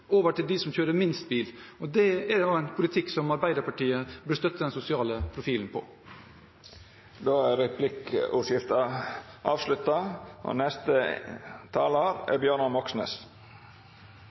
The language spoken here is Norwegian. over til dem som kjører minst bil. Det er en politikk som Arbeiderpartiet burde støtte den sosiale profilen til. Replikkordskiftet er avslutta. Rødt vil bekjempe forskjellene og